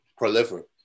Proliferate